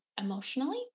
emotionally